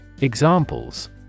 Examples